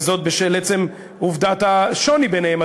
וזאת בשל עצם עובדת השוני ביניהם,